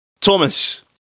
Thomas